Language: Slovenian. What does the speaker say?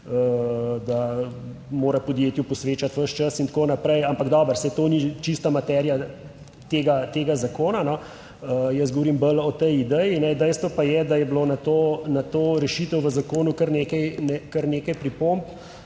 da mora podjetju posvečati ves čas in tako naprej. Ampak dobro, saj to ni čista materija tega zakona. Jaz govorim bolj o tej ideji. Dejstvo pa je, da je bilo to, na to rešitev v zakonu kar nekaj,